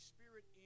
Spirit